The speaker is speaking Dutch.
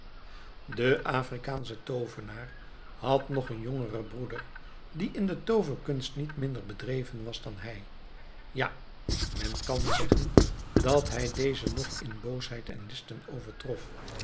de afrikaansche toovenaar had nog een jongeren broeder die in de tooverkunst niet minder bedreven was dan hij ja men kan zeggen dat hij dezen nog in boosheid en listen overtrof